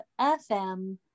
FM